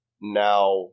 now